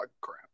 crap